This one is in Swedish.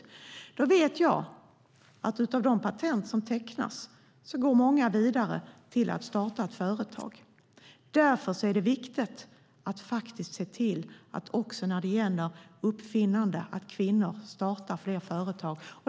Jag vet att många utifrån de patent som tecknas går vidare och startar ett företag. Därför är det också när det gäller uppfinnande viktigt att se till att kvinnor startar fler företag.